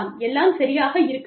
எல்லாம் சரியாக இருக்கலாம்